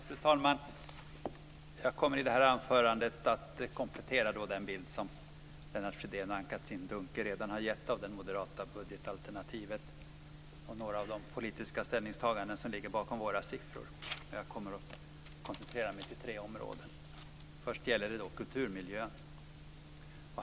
Fru talman! Jag kommer i detta anförande att komplettera den bild som Lennart Fridén och Anne Katrine Dunker redan har gett av det moderata budgetalternativet och några av de politiska ställningstaganden som ligger bakom våra siffror. Jag kommer att koncentrera mig till tre områden. För det första gäller det kulturmiljö.